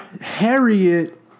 Harriet